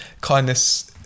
kindness